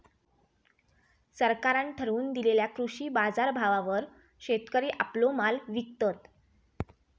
सरकारान ठरवून दिलेल्या कृषी बाजारभावावर शेतकरी आपलो माल विकतत